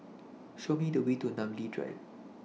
Show Me The Way to Namly Drive